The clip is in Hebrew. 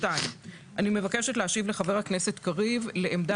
2. אני מבקשת להשיב לחבר הכנסת קריב לעניין